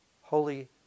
holy